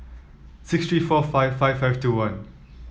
six three four five five five two one